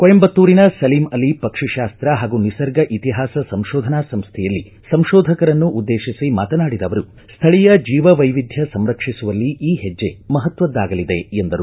ಕೊಯಂಬತ್ತೂರಿನ ಸಲೀಂಅಲಿ ಪಕ್ಷಿಶಾಸ್ತ ಹಾಗೂ ನಿಸರ್ಗ ಇತಿಹಾಸ ಸಂಶೋಧನಾ ಸಂಸ್ಥೆಯಲ್ಲಿ ಸಂತೋಧಕರನ್ನು ಉದ್ದೇತಿಸಿ ಮಾತನಾಡಿದ ಅವರು ಸ್ಥಳೀಯ ಜೀವ ವೈವಿಧ್ಯ ಸಂರಕ್ಷಿಸುವಲ್ಲಿ ಈ ಹೆಜ್ಜೆ ಮಪತ್ವದ್ದಾಗಲಿದೆ ಎಂದರು